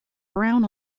brown